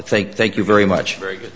think thank you very much very good